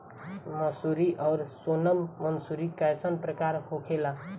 मंसूरी और सोनम मंसूरी कैसन प्रकार होखे ला?